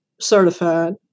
certified